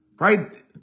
right